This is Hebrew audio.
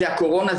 זה הקורונה,